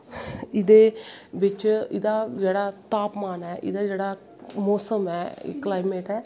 एह्दे बिच्च एह्दा जेह्ड़ा तापमान ऐ एह्दा मौसम ऐ क्लाईमेट ऐ